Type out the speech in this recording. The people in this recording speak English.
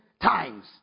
times